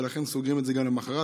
ולכן סוגרים את זה גם למוחרת.